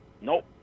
Nope